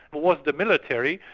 but was the military,